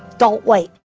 don't wait.